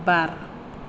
बार